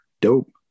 dope